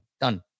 Done